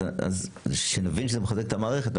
אז כשנבין שזה מחזק את המערכת,